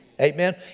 Amen